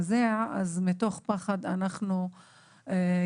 מזעזע אז מתוך פחד אנחנו יושבים,